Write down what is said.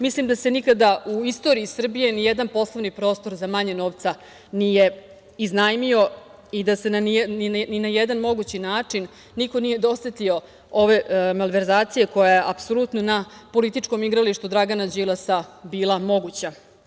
Mislim da se nikada u istoriji Srbiji ni jedan poslovni prostor za manje novca nije iznajmio i da se ni na jedan mogući način niko nije dosetio ove malverzacije koja je apsolutno na političkom igralištu Dragana Đilasa bila moguća.